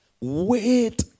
Wait